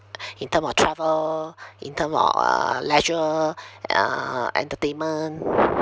in term of travel in term of uh leisure uh entertainment